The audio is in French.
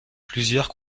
plusieurs